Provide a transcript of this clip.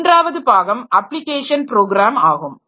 மூன்றாவது பாகம் application program ஆகும்